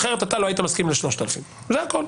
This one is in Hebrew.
אחרת אתה לא היית מסכים ל-3,000 - זה הכול.